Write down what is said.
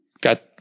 got